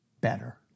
better